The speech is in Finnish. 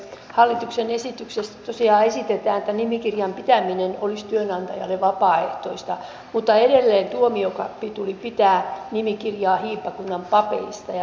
hallituksen esityksessä tosiaan esitetään että nimikirjan pitäminen olisi työnantajalle vapaaehtoista mutta edelleen tuomiokapituli pitää nimikirjaa hiippakunnan papeista ja lehtoreista